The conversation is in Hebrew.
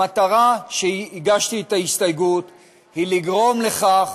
המטרה שלשמה הגשתי את ההסתייגות היא לגרום לכך